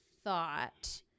thought